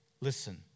Listen